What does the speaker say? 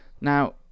Now